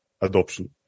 adoption